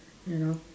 you know